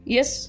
Yes